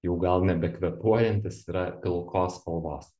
jau gal nebekvėpuojantys yra pilkos spalvos